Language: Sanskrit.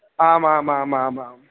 आमामामामाम्